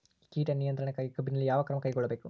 ಕೇಟ ನಿಯಂತ್ರಣಕ್ಕಾಗಿ ಕಬ್ಬಿನಲ್ಲಿ ಯಾವ ಕ್ರಮ ಕೈಗೊಳ್ಳಬೇಕು?